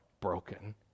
broken